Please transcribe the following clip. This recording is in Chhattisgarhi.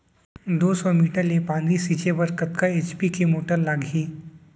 दो सौ मीटर ले पानी छिंचे बर कतका एच.पी के मोटर लागही?